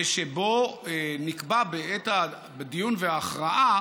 ושבו, בעת הדיון וההכרעה